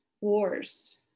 wars